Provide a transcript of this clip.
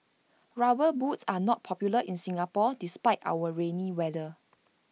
rubber boots are not popular in Singapore despite our rainy weather